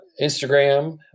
Instagram